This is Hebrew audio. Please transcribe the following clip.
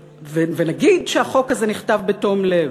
ונגיד שהחוק הזה נכתב בתום לב,